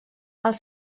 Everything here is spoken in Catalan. els